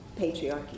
patriarchy